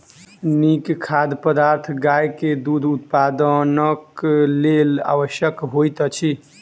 नीक खाद्य पदार्थ गाय के दूध उत्पादनक लेल आवश्यक होइत अछि